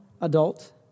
adult